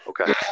Okay